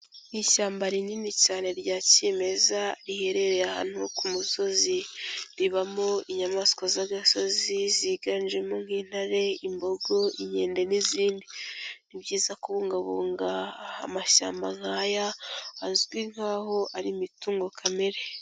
Ni ishyamba rinini cyane rya kimeza riherereye ahantu ku musozi, ribamo inyamaswa z'agasozi ziganjemo nk'intare, imbogo, inkende n'izindi. Ni byiza kubungabunga amashyamba nk'aya, azwi nk'aho ari imitungo kamere.